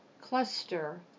cluster